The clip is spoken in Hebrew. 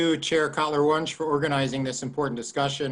אתמול היינו באיזה דיון על חוק שהיה קשור ליחסים עם התפוצות והייתה